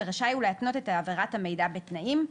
ורשאי הוא להתנות את העברת המידע בתנאים: